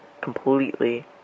completely